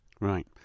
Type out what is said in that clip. Right